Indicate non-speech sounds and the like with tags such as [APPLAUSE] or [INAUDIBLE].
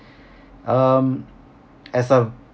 [BREATH] um as a